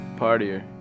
Partier